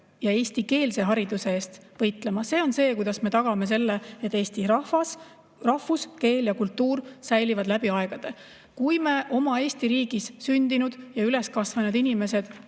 ja eestikeelse hariduse eest võitlema. See on see, kuidas me tagame selle, et eesti rahvus, keel ja kultuur säiliks läbi aegade. Kui me oma Eesti riigis sündinud ja üles kasvanud inimesed